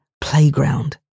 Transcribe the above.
playground